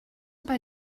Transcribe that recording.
bei